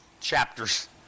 chapters